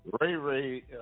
Ray-Ray